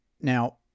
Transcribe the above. Now